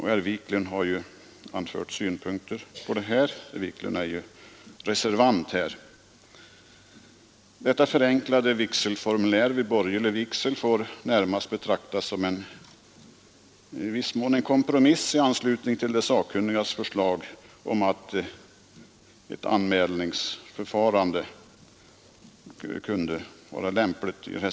Herr Wiklund, som ju är reservant här, har anfört synpunkter. Detta förenklade vigselformulär vid borgerlig vigsel får närmast betraktas som i viss mån en kompromiss. De sakkunniga hade föreslagit ett anmälningsförfarande.